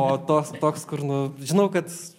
o tos toks kur nu žinau kad